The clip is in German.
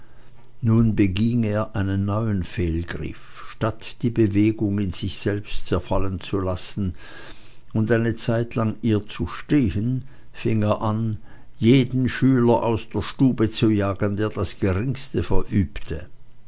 nun beging er einen neuen fehlgriff statt die bewegung in sich selbst zerfallen zu lassen und eine zeitlang ihr zu stehen fing er an jeden schüler aus der stube zu jagen der das geringste verübte